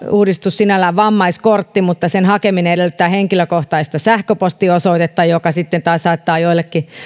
uudistus vammaiskortti mutta sen hakeminen edellyttää henkilökohtaista sähköpostiosoitetta joka taas saattaa joillekin